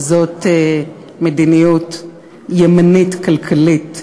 וזה מדיניות ימנית כלכלית,